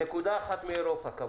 קבעו נקודה אחת באירופה.